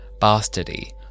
Bastardy